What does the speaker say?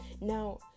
Now